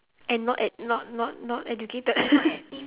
and not ed~ not not not educated